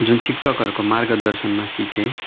जुन शिक्षकहरूको मार्गदर्शनमा सिकेँ